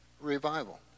revival